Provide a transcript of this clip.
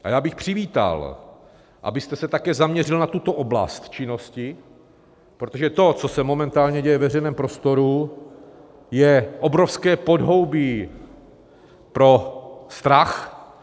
A já bych přivítal, abyste se také zaměřil na tuto oblast činnosti, protože to, co se momentálně děje ve veřejném prostoru, je obrovské podhoubí pro strach.